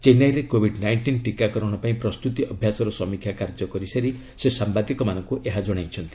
ଚେନ୍ନାଇରେ COVID nineteen ଟୀକାକରଣ ପାଇଁ ପ୍ରସ୍ତୁତି ଅଭ୍ୟାସର ସମୀକ୍ଷା କାର୍ଯ୍ୟ କରିସାରି ସେ ସାମ୍ଭାଦିକମାନଙ୍କୁ ଏହା ଜଣାଇଛନ୍ତି